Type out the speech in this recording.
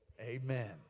Amen